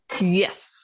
Yes